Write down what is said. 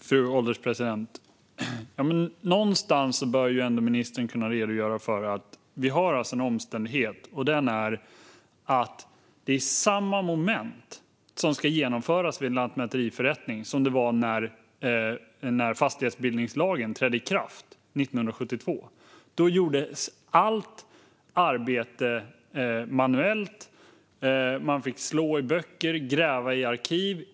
Fru ålderspresident! Omständigheten är alltså att det är samma moment som ska genomföras vid lantmäteriförrättning i dag som det var när fastighetsbildningslagen trädde i kraft 1972. Då gjordes allt arbete manuellt. Man fick slå i böcker och gräva i arkiv.